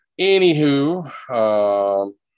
anywho